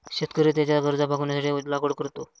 शेतकरी त्याच्या गरजा भागविण्यासाठी लागवड करतो